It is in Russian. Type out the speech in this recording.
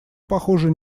похоже